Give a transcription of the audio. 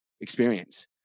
experience